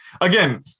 again